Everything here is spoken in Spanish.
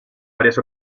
varias